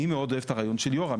אני מאוד אוהב את הרעיון של יורם,